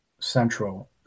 Central